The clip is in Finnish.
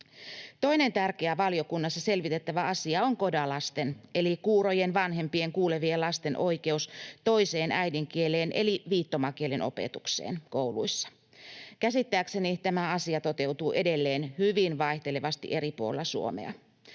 Toinen tärkeä valiokunnassa selvitettävä asia on CODA-lasten eli kuurojen vanhempien kuulevien lasten oikeus toiseen äidinkieleen eli viittomakielen opetukseen kouluissa. Käsittääkseni tämä asia toteutuu edelleen hyvin vaihtelevasti eri puolilla Suomea.